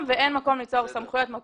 ואין מקום ליצור סמכויות מקבילות.